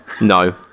No